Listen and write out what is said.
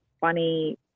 funny